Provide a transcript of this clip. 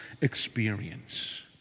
experience